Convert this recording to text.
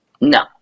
No